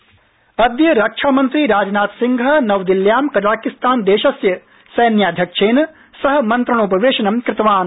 Rajnath Kazakhstan अद्य रक्षामन्त्री राजनाथ सिंह नवदिल्ल्यां कजाकिस्तान देशस्य सैन्याध्यक्षेन सह मन्त्रणोपवेशनं कृतवान्